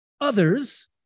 others